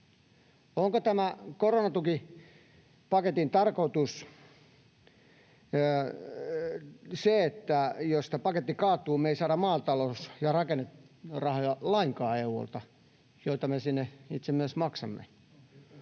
Onko tämän koronatukipaketin tarkoitus se, että jos tämä paketti kaatuu, niin me ei saada EU:lta lainkaan maatalous- ja rakennerahoja, joita me sinne itse myös maksamme?